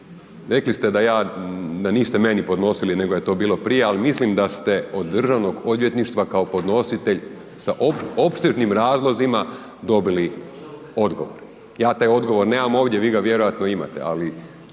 rekli ste da niste meni podnosili nego da je to bilo prije ali mislim da se od Državnog odvjetništva kao podnositelj sa opsežnim razlozima, dobili odgovor. Ja taj odgovor nemam ovdje, vi ga vjerojatno imate ali